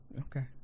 Okay